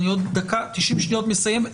אני בעוד 90 שניות מסיים.